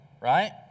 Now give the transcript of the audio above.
right